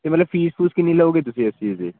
ਤਾਂ ਮਤਲਬ ਫੀਸ ਫੂਸ ਕਿੰਨੀ ਲਉਗੀ ਤੁਸੀਂ ਇਸ ਚੀਜ਼ ਦੀ